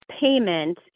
payment